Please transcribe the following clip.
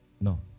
No